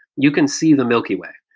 you can see the milky way.